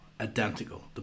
identical